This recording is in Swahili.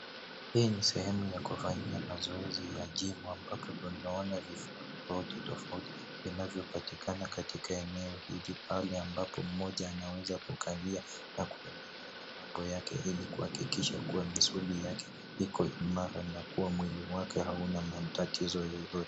Hii sehemu ya kufanyia mazoezi ya gym ambapo tunaona vifaa tofauti tofauti vinavyopatikana katika eneo hili, pahali ambapo mmoja anaweza kukalia na kuendelea na mambo yake ili kuhakikisha kuwa misuli yake iko imara na kuwa mwili wake hauna matatizo yoyote.